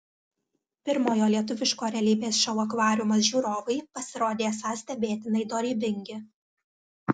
pirmojo lietuviško realybės šou akvariumas žiūrovai pasirodė esą stebėtinai dorybingi